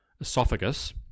esophagus